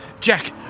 Jack